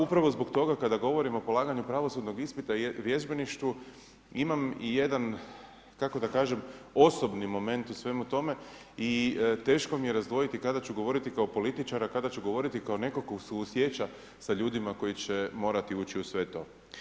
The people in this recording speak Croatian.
Upravo zbog toga, kada govorim o polaganju pravosudnog ispita i vježbeništvu, imam i jedan, kako da kažem, osobni moment u svemu tome i teško mi je razdvojiti kada ću govoriti kao političar, a kada ću govoriti kao netko tko suosjeća sa ljudima koji će morati ući u sve to.